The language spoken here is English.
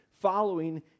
following